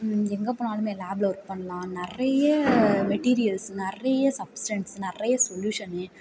எங்கே போனாலும் லாபில் ஒர்க் பண்ணலாம் நிறைய மெட்டீரியல்ஸ் நிறைய சப்ஸ்டென்ஸ் நிறைய சொலியூசன்னு